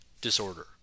disorder